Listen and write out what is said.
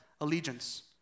allegiance